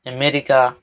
America